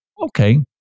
Okay